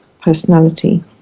personality